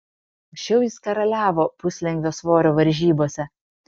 anksčiau jis karaliavo puslengvio svorio varžybose